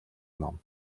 ном